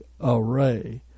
array